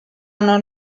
non